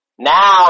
Now